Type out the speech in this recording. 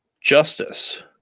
Justice